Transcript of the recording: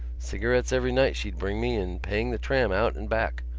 cigarettes every night she'd bring me and paying the tram out and back.